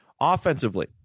Offensively